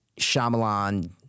Shyamalan